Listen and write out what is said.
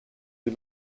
die